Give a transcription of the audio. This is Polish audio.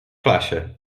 klasie